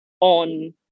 on